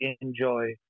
enjoy